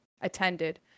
attended